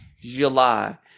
July